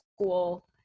school